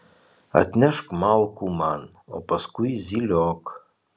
atnešk malkų man o paskui zyliok